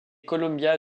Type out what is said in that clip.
columbia